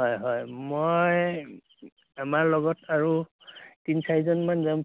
হয় হয় মই আমাৰ লগত আৰু তিনি চাৰিজনমান যাম